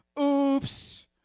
Oops